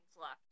left